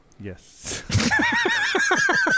Yes